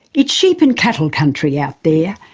it's sheep and cattle country out there,